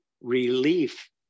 relief